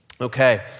Okay